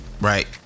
right